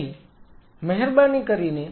તેથી મહેરબાની કરીને